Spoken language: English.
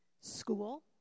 School